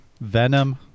Venom